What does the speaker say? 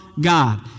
God